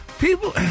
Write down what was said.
people